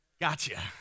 Gotcha